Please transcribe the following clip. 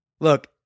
Look